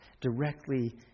directly